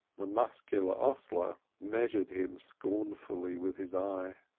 the muscular hostler measured him scornfully with his eye.